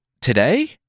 today